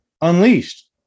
Unleashed